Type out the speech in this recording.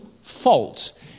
fault